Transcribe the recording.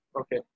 Okay